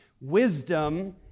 Wisdom